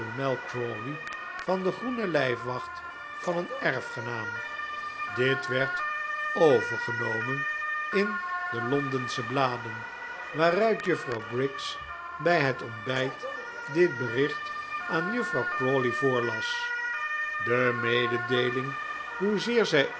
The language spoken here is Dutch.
crawley van de groene lijfwacht van een erfgenaam dit werd overgenomen in de londensche bladen waaruit juffrouw briggs bij het ontbijt dit bericht aan juffrouw crawley voorlas de mededeeling hoezeer zij